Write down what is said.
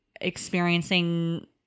experiencing